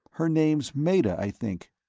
her name's meta, i think.